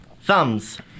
thumbs